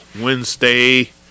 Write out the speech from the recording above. Wednesday